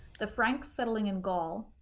the franks settling in gaul,